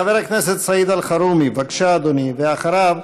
חבר הכנסת סעיד אלחרומי, בבקשה, אדוני, ואחריו,